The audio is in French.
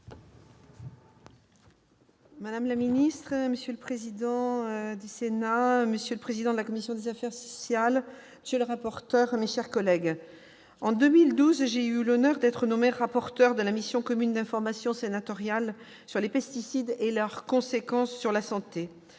madame la ministre, monsieur le vice-président de la commission des affaires sociales, monsieur le rapporteur, mes chers collègues, en 2012, j'ai eu l'honneur d'être nommée rapporteur de la mission commune d'information sénatoriale sur les pesticides et leurs conséquences sur la santé